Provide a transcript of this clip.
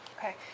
Okay